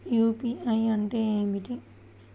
UPI అంటే ఏమిటి?